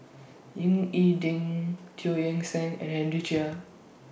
Ying E Ding Teo Eng Seng and Henry Chia